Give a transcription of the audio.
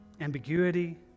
ambiguity